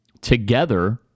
Together